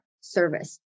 service